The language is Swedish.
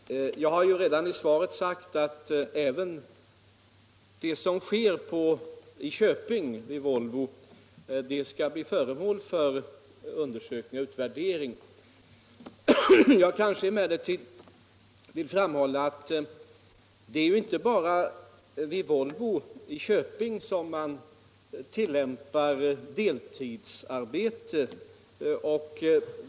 Herr talman! Jag har ju redan i mitt svar sagt att även det som sker vid Volvo i Köping skall bli föremål för undersökning och utvärdering. Jag vill emellertid framhålla att det inte bara är vid Volvo i Köping som man tillämpar deltidsarbete.